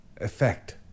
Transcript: effect